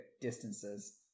distances